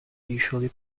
usually